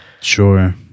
Sure